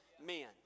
men